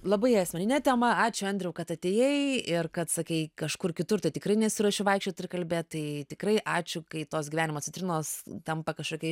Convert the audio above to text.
labai asmenine tema ačiū andriau kad atėjai ir kad sakei kažkur kitur tsi tikrai nesiruošiu vaikščiot ir kalbėt tai tikrai ačiū kai tos gyvenimo citrinos tampa kažkokia